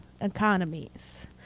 economies